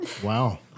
Wow